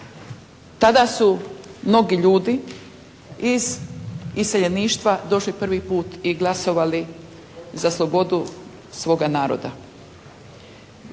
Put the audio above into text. Tada su mnogi ljudi iz iseljeništva došli prvi put i glasovali za slobodu svoga naroda.